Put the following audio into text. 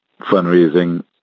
fundraising